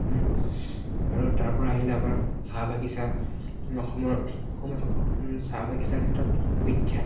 আৰু তাৰ পৰা আহিলে আমাৰ চাহ বাগিচা অসমৰ অসম চাহ বাগিচাৰ ক্ষেত্ৰত বিখ্যাত